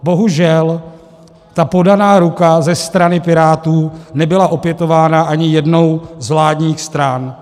Bohužel, podaná ruka ze strany Pirátů nebyla opětována ani jednou z vládních stran.